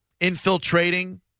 infiltrating